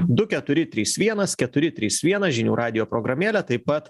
du keturi trys vienas keturi trys vienas žinių radijo programėlė taip pat